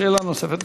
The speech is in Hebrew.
שאלה נוספת.